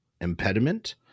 impediment